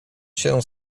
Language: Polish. się